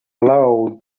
loud